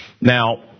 Now